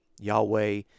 Yahweh